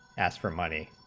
as for money,